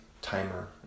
timer